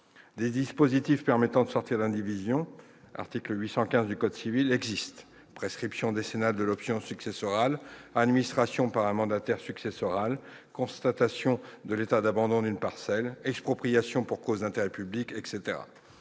Des dispositifs permettant de sortir de l'indivision- je pense à l'article 815 du code civil -existent : prescription décennale de l'option successorale, administration par un mandataire successoral, constatation de l'état d'abandon d'une parcelle, expropriation pour cause d'intérêt public, etc.